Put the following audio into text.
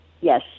Yes